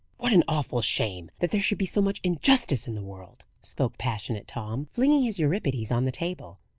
what an awful shame that there should be so much injustice in the world! spoke passionate tom, flinging his euripides on the table.